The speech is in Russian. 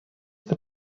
это